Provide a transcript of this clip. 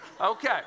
Okay